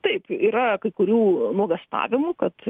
taip yra kai kurių nuogąstavimų kad